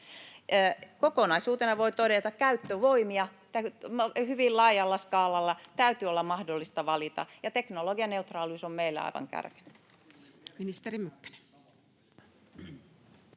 Kokonaisuutena voi todeta, että käyttövoimia hyvin laajalla skaalalla täytyy olla mahdollista valita ja teknologianeutraalius on meille aivan kärkenä.